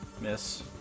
Miss